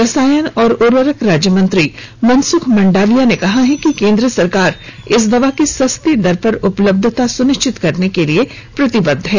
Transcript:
रसायन और उर्वरक राज्य मंत्री मनसुख मंडाविया ने कहा है कि केंद्र सरकार इस दवा की सस्ती दर पर उपलब्यता सुनिश्चित करने के लिए प्रतिबद्ध है